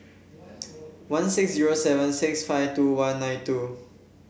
one six zero seven six five two one nine two